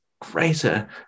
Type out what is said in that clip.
greater